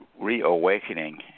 reawakening